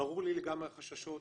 ברור לי לגמרי החששות,